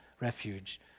refuge